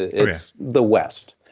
it's the west.